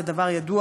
זה דבר ידוע,